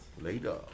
later